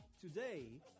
today